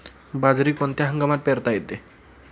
बाजरी कोणत्या हंगामात पेरता येते?